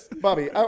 Bobby